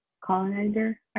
colonizer